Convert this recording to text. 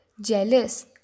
jealous